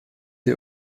ihr